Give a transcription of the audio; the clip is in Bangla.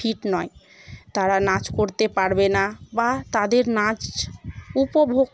ফিট নয় তারা নাচ করতে পারবে না বা তাদের নাচ উপভোগ